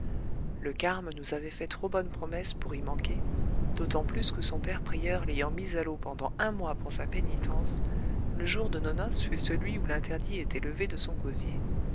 le carme nous avait fait trop bonne promesse pour y manquer d'autant plus que son père prieur l'ayant mis à l'eau pendant un mois pour sa pénitence le jour de nos noces fut celui où l'interdit était levé de son gosier